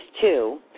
two